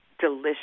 delicious